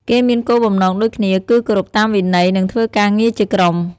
គេមានគោលបំណងដូចគ្នា គឺគោរពតាមវិន័យ និងធ្វើការងារជាក្រុម។